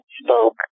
spoke